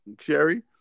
Sherry